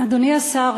אדוני השר,